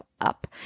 up